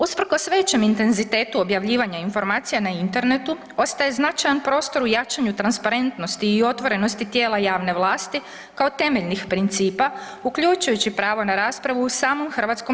Usprkos većem intenzitetu objavljivanja informacija na internetu ostaje značajan prostor u jačanju transparentnosti i otvorenosti tijela javne vlasti kao temeljnih principa uključujući pravo na raspravu u samom HS.